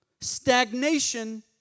Stagnation